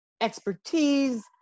expertise